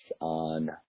on